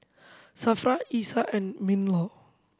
SAFRA Isa and MinLaw